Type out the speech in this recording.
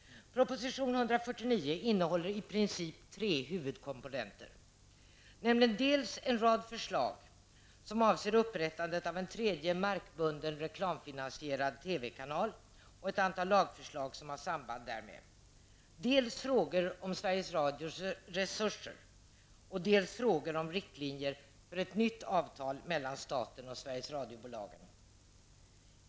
Proposition 149 innehåller i princip tre huvudkomponenter, dels en rad förslag som avser upprättandet av en tredje markbunden, reklamfinansierad TV-kanal och ett antal lagförslag som har samband därmed, dels frågor om Sveriges Radios resurser, dels frågor om riktlinjer för ett nytt avtal mellan staten och Sveriges Radiobolagen.